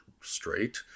straight